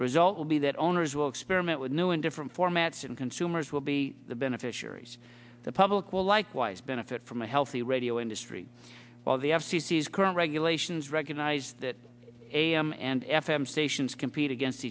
result will be that owners will experiment with new and different formats and consumers will be the beneficiaries the public will likewise benefit from a healthy radio industry while the f c c is current regulations recognize that am and f m stations compete against